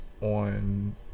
on